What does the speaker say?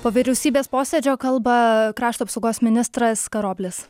po vyriausybės posėdžio kalba krašto apsaugos ministras karoblis